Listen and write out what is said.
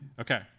Okay